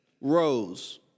rose